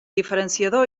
diferenciador